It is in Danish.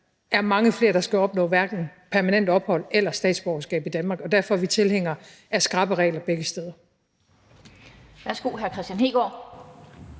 der er mange flere, der skal opnå permanent ophold og statsborgerskab i Danmark, og derfor er vi tilhængere af skrappe regler begge steder.